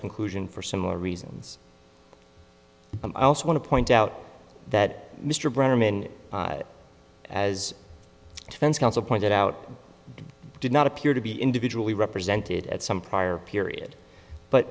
conclusion for similar reasons but i also want to point out that mr brennan in as defense counsel pointed out did not appear to be individually represented at some prior period but